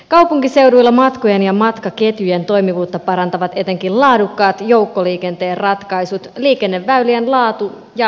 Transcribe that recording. kaupunkiseuduilla matkojen ja matkaketjujen toimivuutta parantavat etenkin laadukkaat joukkoliikenteen ratkaisut liikenneväylien laatu ja liikenteen hallinta